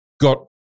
got